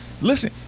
Listen